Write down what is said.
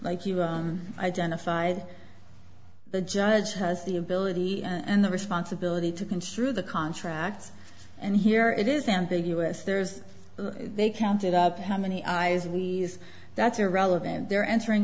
like you've identified the judge has the ability and the responsibility to construe the contract and here it is ambiguous there's they counted up how many eyes we that's irrelevant they're entering